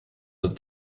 that